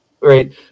right